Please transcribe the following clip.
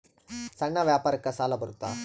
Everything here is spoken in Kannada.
ಸಣ್ಣ ವ್ಯಾಪಾರಕ್ಕ ಸಾಲ ಬರುತ್ತಾ?